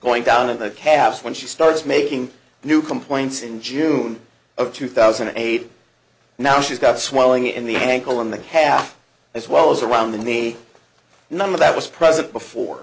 going down and the caps when she starts making new complaints in june of two thousand and eight now she's got a swelling in the ankle in the calf as well as around the knee none of that was present before